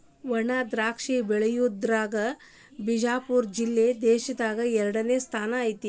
ವಣಾದ್ರಾಕ್ಷಿ ಬೆಳಿಯುದ್ರಾಗ ಬಿಜಾಪುರ ಜಿಲ್ಲೆ ದೇಶದಾಗ ಎರಡನೇ ಸ್ಥಾನ ಐತಿ